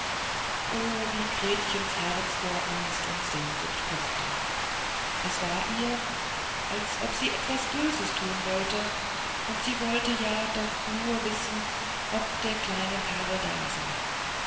o wie gretchens herz vor angst und sehnsucht pochte es war ihr als ob sie etwas böses thun wollte und sie wollte ja doch nur wissen ob der kleine karl da sei